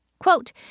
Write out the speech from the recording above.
Quote